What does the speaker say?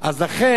לכן,